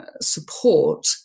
support